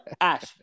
Ash